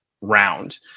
round